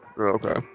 okay